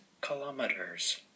kilometers